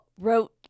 wrote